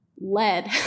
lead